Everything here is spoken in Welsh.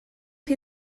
chi